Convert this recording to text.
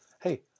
hey